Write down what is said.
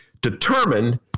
determined